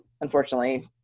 unfortunately